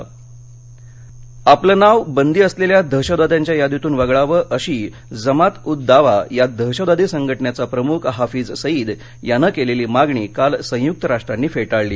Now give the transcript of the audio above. ह्राफिज सईद आपलं नाव बंदी असलेल्या दहशतवाद्यांच्या यादीतून वगळावं अशी जमात उद् दावा या दहशतवादी संघटनेचा प्रमुख हाफीज सईद यानं केलेली मागणी काल संयुक्त राष्ट्रांनी फेटाळली